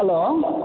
hello